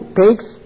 takes